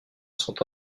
sont